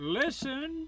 listen